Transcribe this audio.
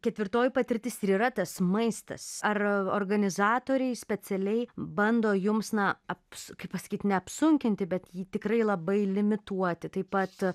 ketvirtoji patirtis ir yra tas maistas ar organizatoriai specialiai bando jums na kaip pasakyt neapsunkinti bet jį tikrai labai limituoti taip pat